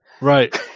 Right